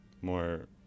more